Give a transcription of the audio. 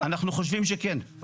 אנחנו חושבים שכן,